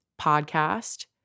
Podcast